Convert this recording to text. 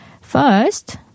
first